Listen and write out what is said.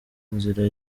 nzira